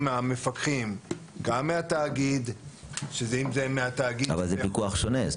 המפקחים גם מהתאגיד --- אבל זה פיקוח שונה.